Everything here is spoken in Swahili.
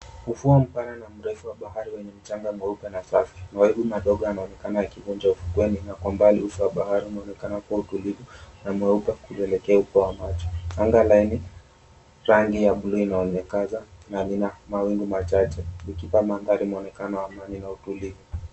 Ufuo mpana na mrefu wa bahari wenye mchanga mweupe na safi. Mawimbi madogo yanaonekana yakivunja ufukweni na kwa mbali uso wa bahari unaonekana kuwa utulivu na mweupe kuelekea upeo wa macho. Anga laini rangi ya buluu inaonekana na lina mawingu machache likipa mandhari mwonekano wa amani na utulivu.